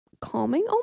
calming